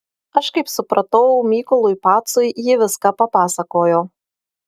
aš kaip supratau mykolui pacui ji viską papasakojo